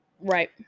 right